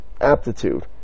aptitude